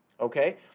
okay